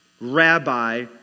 rabbi